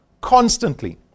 Constantly